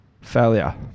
failure